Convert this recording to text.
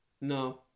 No